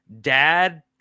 Dad